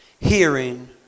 hearing